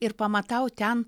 ir pamatau ten